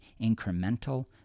incremental